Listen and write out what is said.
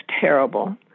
terrible